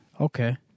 Okay